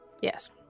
Yes